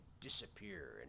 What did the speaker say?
disappear